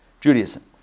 Judaism